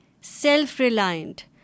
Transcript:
self-reliant